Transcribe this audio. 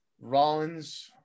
rollins